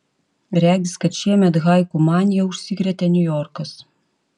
regis kad šiemet haiku manija užsikrėtė niujorkas